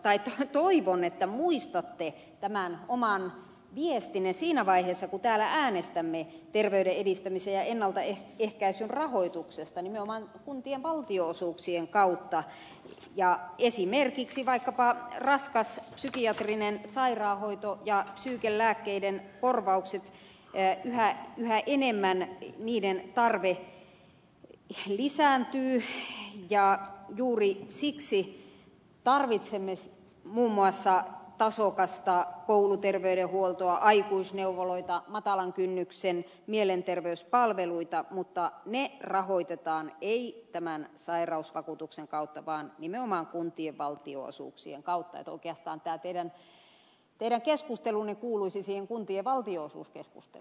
mutta toivon että muistatte tämän oman viestinne siinä vaiheessa kun täällä äänestämme terveyden edistämisen ja ennaltaehkäisyn rahoituksesta nimenomaan kuntien valtionosuuksien kautta ja esimerkiksi vaikkapa raskaan psykiatrisen sairaanhoidon ja psyykenlääkkeiden korvausten tarve lisääntyy yhä enemmän ja juuri siksi tarvitsemme muun muassa tasokasta kouluterveydenhuoltoa aikuisneuvoloita matalan kynnyksen mielenterveyspalveluita mutta ne rahoitetaan ei tämän sairausvakuutuksen kautta vaan nimenomaan kuntien valtionosuuksien kautta niin että oikeastaan tämä teidän keskustelunne kuuluisi siihen kuntien valtionosuuskeskusteluun